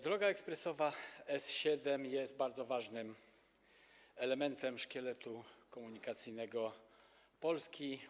Droga ekspresowa S7 jest bardzo ważnym elementem szkieletu komunikacyjnego Polski.